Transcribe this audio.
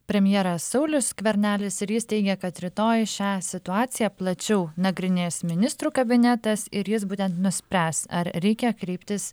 premjeras saulius skvernelis ir jis teigia kad rytoj šią situaciją plačiau nagrinės ministrų kabinetas ir jis būtent nuspręs ar reikia kreiptis